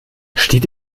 steht